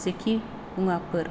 जेखि मुवाफोर